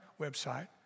website